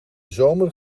zomer